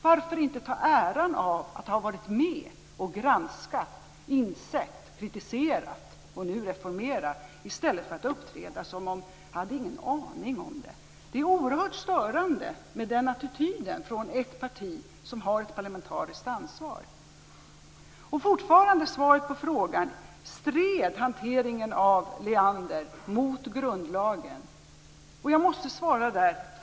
Varför inte ta äran av att ha varit med och granskat, insett, kritiserat och nu reformerar i stället för att uppträda som om man inte hade någon aning om det hela. Det är oerhört störande med den attityden från ett parti som har ett parlamentariskt ansvar. Som svar på frågan om hanteringen av Leander stred mot grundlagen vill jag säga följande.